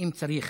האם צריך